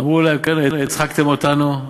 אמרו להם: כן, הצחקתם אותנו.